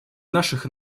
наших